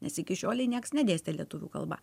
nes iki šiolei niekas nedėstė lietuvių kalba